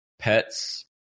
pets